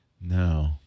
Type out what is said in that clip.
No